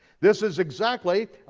this is exactly,